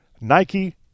Nike